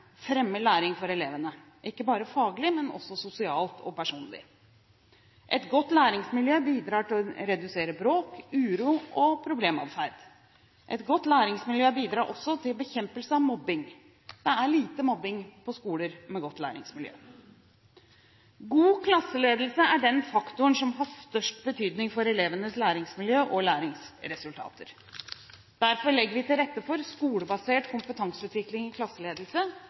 læring for elevene, ikke bare faglig, men også sosialt og personlig. Et godt læringsmiljø bidrar til å redusere bråk, uro og problematferd. Et godt læringsmiljø bidrar også til bekjempelse av mobbing. Det er lite mobbing på skoler med godt læringsmiljø. God klasseledelse er den faktoren som har størst betydning for elevenes læringsmiljø og læringsresultater. Derfor legger vi til rette for skolebasert kompetanseutvikling i klasseledelse